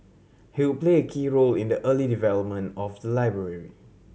he would play a key role in the early development of the library